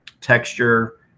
texture